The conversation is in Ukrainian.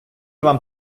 вам